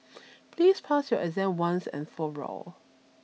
please pass your exam once and for all